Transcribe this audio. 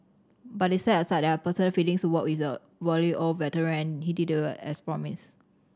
but they set aside their personal feelings to work with the wily old veteran and he delivered as promised